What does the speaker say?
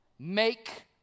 Make